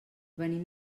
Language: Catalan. venim